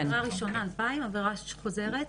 עבירה ראשונה 2,000, עבירה חוזרת,